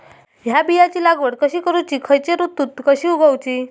हया बियाची लागवड कशी करूची खैयच्य ऋतुत कशी उगउची?